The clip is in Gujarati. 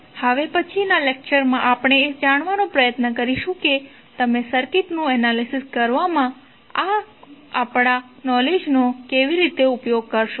તો હવે પછીનાં લેક્ચરમાં આપણે એ જાણવાનો પ્રયત્ન કરીશું કે તમે સર્કિટનું એનાલિસિસ કરવામાં આ જ્ઞાનનો કેવી રીતે ઉપયોગ કરશો